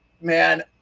Man